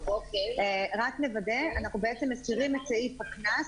אנחנו מסירים את סעיף הקנס,